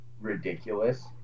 ridiculous